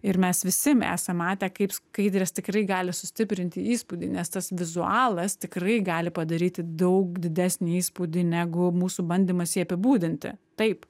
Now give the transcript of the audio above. ir mes visi esam matę kaip skaidrės tikrai gali sustiprinti įspūdį nes tas vizualas tikrai gali padaryti daug didesnį įspūdį negu mūsų bandymas jį apibūdinti taip